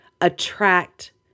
attract